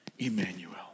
Emmanuel